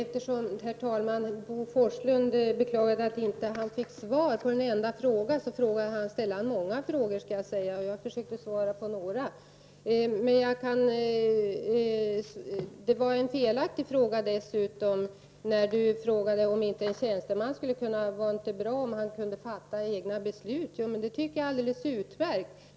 Herr talman! Bo Forslund beklagar att han inte har fått svar på en enda fråga. Men då vill jag säga att det var många frågor, och jag har försökt att besvara några av dem. Sedan tycker jag att det var felaktigt att fråga om det inte är bra att en tjänsteman fattar egna beslut. Jo, jag tycker att det är alldeles utmärkt.